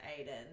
aiden